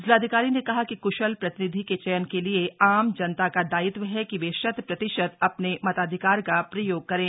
जिलाधिकारी ने कहा कि कुशल प्रतिनिधि के चयन के लिए आम जनता का दायित्व है कि वे शत प्रतिशत अपने मताधिकार का प्रयोग करें